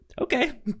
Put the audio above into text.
okay